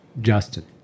Justin